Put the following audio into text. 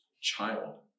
Child